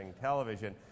television